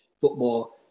football